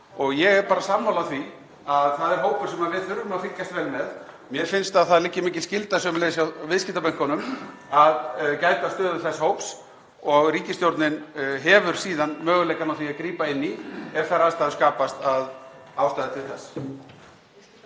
og ég er sammála því að það er hópur sem við þurfum að fylgjast vel með. Mér finnst að það liggi mikil skylda (Forseti hringir.) sömuleiðis hjá viðskiptabönkunum að gæta að stöðu þess hóps og ríkisstjórnin hefur síðan möguleikann á því að grípa inn í ef þær aðstæður skapast að ástæða er til þess.